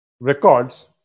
records